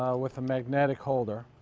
ah with a magnetic holder.